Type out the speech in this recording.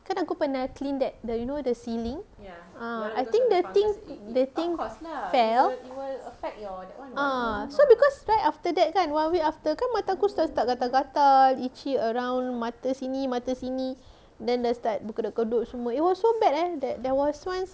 kan aku pernah clean that the you know the ceiling ah I think the thing the thing fell ah so because right after that time one week after kan mata aku start start gatal-gatal itchy around mata sini mata sini then dah start kedut-kedut semua it was so bad eh that there was once